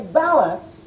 balance